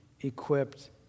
equipped